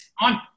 on